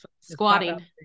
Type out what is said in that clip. Squatting